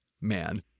man